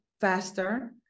faster